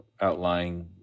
outlying